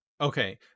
okay